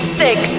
six